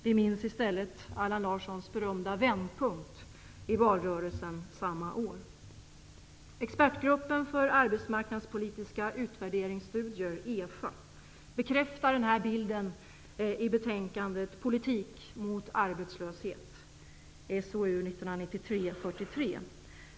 Vi minns i stället Allan Larssons berömda vändpunkt i valrörelsen 1991. Expertgruppen för arbetsmarknadspolitiska utvärderingsstudier bekräftar den här bilden i betänkandet Politik mot arbetslöshet .